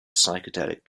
psychedelic